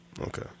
Okay